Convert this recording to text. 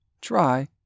try